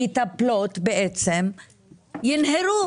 המטפלות בעצם ינהרו